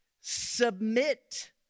submit